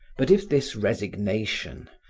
but if this resignation,